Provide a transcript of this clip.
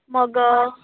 मगं